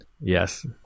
Yes